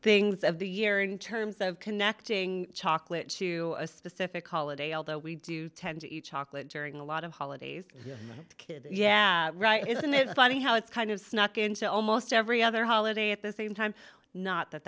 things of the year in terms of connecting chocolate to a specific holiday although we do tend to each auckland during a lot of holidays kid yeah right isn't it funny how it's kind of snuck into almost every other holiday at the same time not that